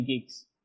gigs